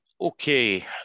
Okay